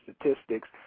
statistics